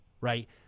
right